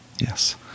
Yes